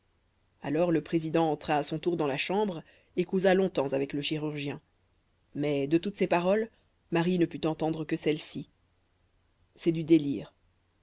alors le président entra à son tour dans la chambre et causa longtemps avec le chirurgien mais de toutes ses paroles marie ne put entendre que celles-ci c'est du délire